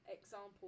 example